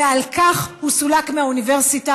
ועל כך הוא סולק מהאוניברסיטה.